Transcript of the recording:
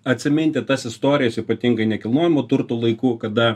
atsiminti tas istorijas ypatingai nekilnojamo turto laikų kada